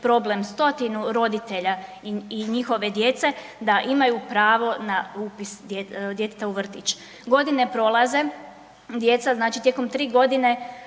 problem 100-tinu roditelja i njihove djece da imaju pravo na upis djeteta u vrtić. Godine prolaze, djeca znači tijekom 3 godine